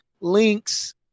links